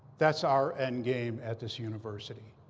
that's our end game at this university.